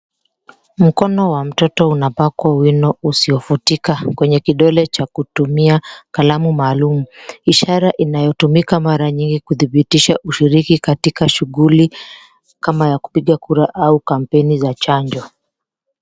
Mkono wa mtoto unapakwa wino usiofutika kwenye kidole kwa kutumia kalamu maalum ishara inayodhibitisha ushirika katika shuguli ya kupiga kura au kampeni za chanjo.